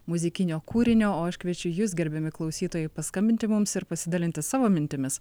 muzikinio kūrinio o aš kviečiu jus gerbiami klausytojai paskambinti mums ir pasidalinti savo mintimis